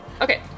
okay